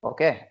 Okay